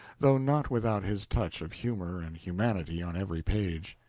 though not without his touch of humor and humanity on every page.